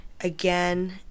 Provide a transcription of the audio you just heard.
Again